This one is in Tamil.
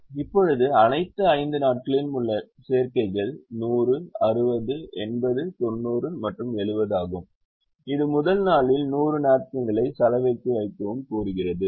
இப்போது அனைத்து 5 நாட்களிலும் உள்ள கோரிக்கைகள் 100 60 80 90 மற்றும் 70 ஆகும் இது முதல் நாளில் 100 நாப்கின்களை சலவைக்கு வைக்கவும் கூறுகிறது